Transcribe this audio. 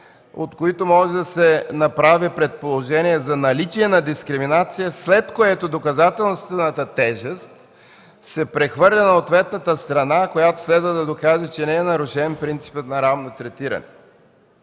от които може да се направи предположение за наличие на дискриминация, след което доказателствената тежест се прехвърля на ответната страна, която следва да докаже, че не е нарушен принципът на равно третиране.